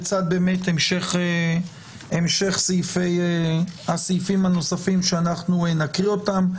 בצד באמת המשך הסעיפים הנוספים שאנחנו נקריא אותם.